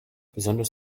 besonders